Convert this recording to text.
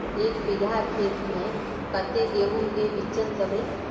एक बिगहा खेत में कते गेहूम के बिचन दबे?